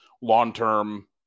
long-term